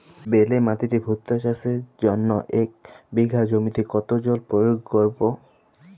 বেলে মাটিতে ভুট্টা চাষের জন্য এক বিঘা জমিতে কতো জল প্রয়োগ করব?